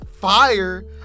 fire